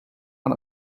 man